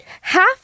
half